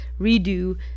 redo